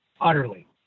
utterly